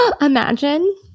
imagine